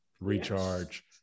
recharge